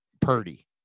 Purdy